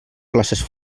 places